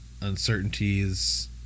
uncertainties